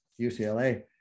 UCLA